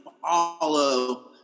follow